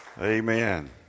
Amen